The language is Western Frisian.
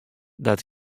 dat